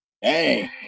Hey